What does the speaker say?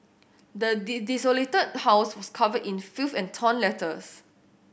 the did desolated house was covered in filth and torn letters